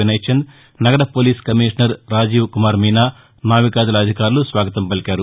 వినయ్ చంద్ నగర police commissioner Rajiv Kumar Meena నావికాదళ అధికారులు స్వాగతం పలికారు